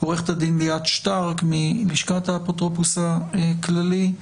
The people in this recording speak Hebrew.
עורכת הדין ליאת שטרק מלשכת האפוטרופוס הכללי,